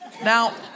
Now